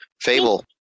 Fable